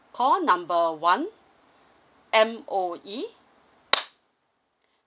call number one M_O_E